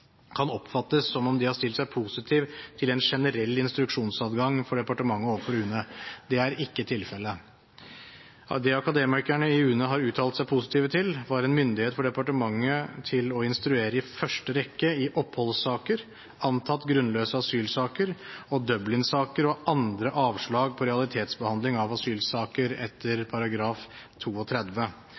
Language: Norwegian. kan oppfattes som om de har stilt seg positiv til en generell instruksjonsadgang for departementet overfor UNE. Det er ikke tilfellet. Det Akademikerne i UNE har uttalt seg positivt til, var en myndighet for departementet til å instruere i første rekke i oppholdssaker, antatt grunnløse asylsaker, Dublin-saker og andre avslag på realitetsbehandling av asylsaker etter